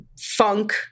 funk